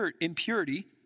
impurity